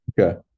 Okay